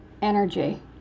Energy